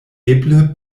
eble